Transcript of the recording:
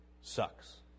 sucks